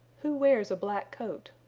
who wears a black coat?